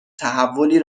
تحولی